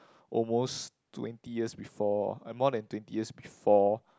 almost twenty years before uh more than twenty years before